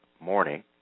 morning